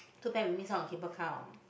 too bad we miss out on cable car orh